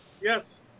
yes